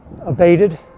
abated